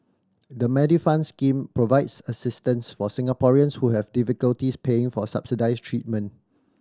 the Medifund scheme provides assistance for Singaporeans who have difficulties paying for subsidized treatment